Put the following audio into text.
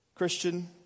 Christian